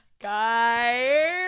Guys